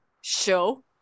show